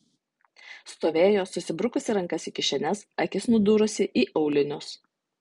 stovėjo susibrukusi rankas į kišenes akis nudūrusi į aulinius